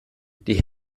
die